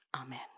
amen